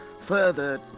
further